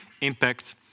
impact